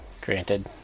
granted